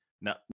Now